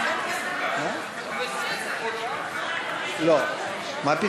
משרד הרווחה, לשנת הכספים 2017, לא נתקבלה.